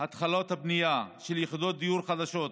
התחלות הבנייה של יחידות דיור חדשות,